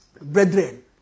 brethren